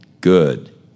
good